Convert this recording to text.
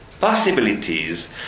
possibilities